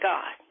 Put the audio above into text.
God